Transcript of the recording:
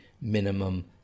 minimum